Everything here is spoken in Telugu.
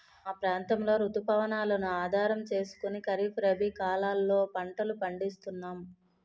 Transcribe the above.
మా ప్రాంతంలో రుతు పవనాలను ఆధారం చేసుకుని ఖరీఫ్, రబీ కాలాల్లో పంటలు పండిస్తున్నాము